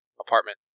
apartment